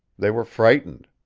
they were frightened.